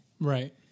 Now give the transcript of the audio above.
Right